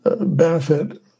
benefit